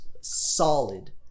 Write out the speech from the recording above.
solid